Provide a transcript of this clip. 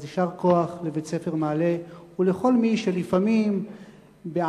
אז יישר כוח לבית-הספר "מעלה" ולכל מי שלפעמים בענווה,